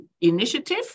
initiative